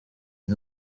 est